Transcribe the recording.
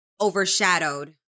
overshadowed